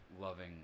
loving